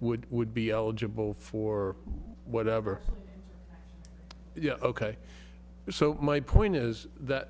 would would be eligible for whatever yeah ok so my point is that